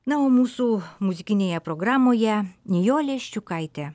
na o mūsų muzikinėje programoje nijolė ščiukaitė